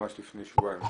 ממש לפני שבועיים,